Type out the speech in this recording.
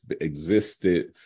existed